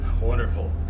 Wonderful